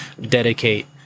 dedicate